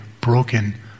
broken